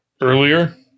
earlier